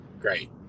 great